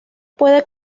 puede